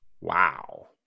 Wow